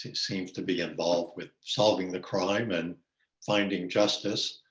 seems to be involved with solving the crime and finding justice.